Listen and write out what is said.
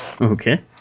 Okay